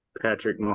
Patrick